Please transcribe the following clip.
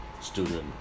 student